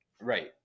Right